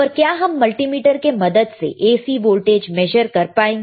पर क्या हम मल्टीमीटर के मदद से AC वोल्टेज मेजर कर पाएंगे